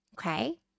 Okay